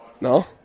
No